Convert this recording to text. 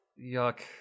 Yuck